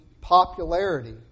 popularity